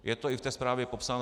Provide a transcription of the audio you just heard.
Je to i v té zprávě popsáno.